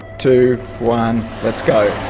two, one, let's go.